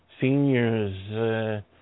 seniors